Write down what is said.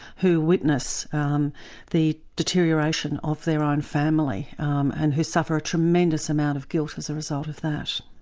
who witness the deterioration of their own family and who suffer a tremendous amount of guilt as a result of that.